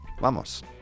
Vamos